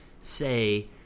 say